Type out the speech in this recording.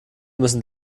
müssen